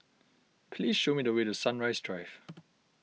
please show me the way to Sunrise Drive